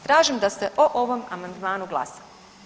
Tražim da se o ovom amandmanu glasa.